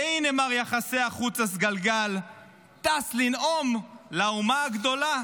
והינה, מר יחסי החוץ הסגלגל טס לנאום לאומה הגדולה